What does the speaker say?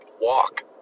walk